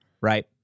right